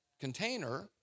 container